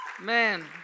Man